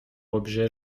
objet